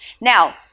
Now